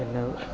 പിന്നെ